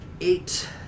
eight